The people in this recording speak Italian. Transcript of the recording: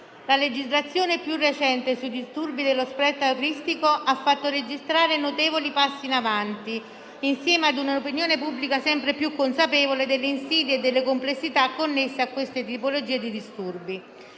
La legislazione più recente sui disturbi dello spettro autistico ha fatto registrare notevoli passi avanti, insieme a un'opinione pubblica sempre più consapevole delle insidie e delle complessità connesse a questa tipologia di disturbi.